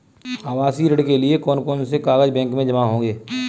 आवासीय ऋण के लिए कौन कौन से कागज बैंक में जमा होंगे?